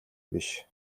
биш